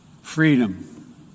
Freedom